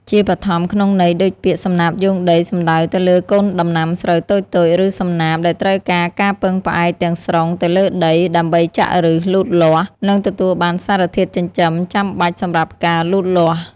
ជាបឋម ក្នុងន័យដូចពាក្យ សំណាបយោងដី សំដៅទៅលើកូនដំណាំស្រូវតូចៗ ឬសំណាប ដែលត្រូវការការពឹងផ្អែកទាំងស្រុងទៅលើដី ដើម្បីចាក់ឬស លូតលាស់ និងទទួលបានសារធាតុចិញ្ចឹមចាំបាច់សម្រាប់ការលូតលាស់។